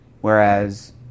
Whereas